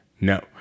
no